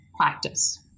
practice